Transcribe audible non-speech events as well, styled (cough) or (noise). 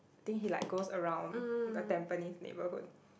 I think he like goes around (breath) the Tampines neighborhood